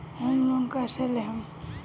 Home loan कैसे लेहम?